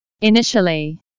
initially